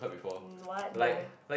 what no